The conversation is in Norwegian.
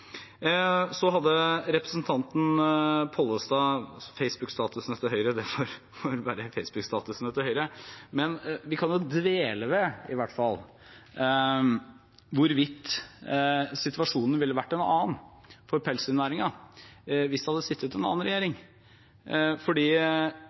Så til representanten Pollestad. Facebook-statusene til Høyre får vel være Facebook-statusene til Høyre, men vi kan i hvert fall dvele ved hvorvidt situasjonen ville vært en annen for pelsdyrnæringen hvis en annen regjering